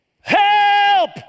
help